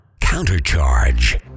Countercharge